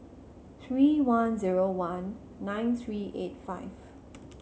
three one zero one nine three eight five